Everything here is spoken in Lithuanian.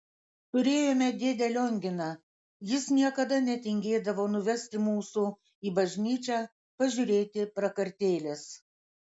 turėjome dėdę lionginą jis niekada netingėdavo nuvesti mūsų į bažnyčią pažiūrėti prakartėlės